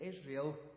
Israel